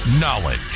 Knowledge